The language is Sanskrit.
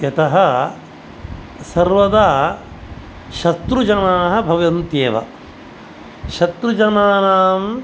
यतः सर्वदा शत्रुजनाः भवन्त्येव शत्रुजनानां